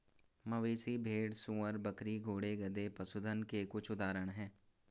मवेशी, भेड़, सूअर, बकरी, घोड़े, गधे, पशुधन के कुछ उदाहरण हैं